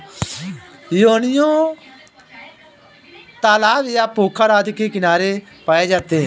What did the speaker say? योनियों तालाब या पोखर आदि के किनारे पाए जाते हैं